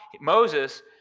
Moses